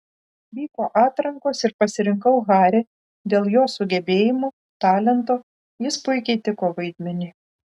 vyko atrankos ir pasirinkau harry dėl jo sugebėjimų talento jis puikiai tiko vaidmeniui